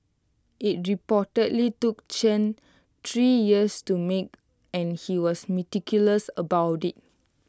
IT reportedly took Chen three years to make and he was meticulous about IT